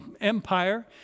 Empire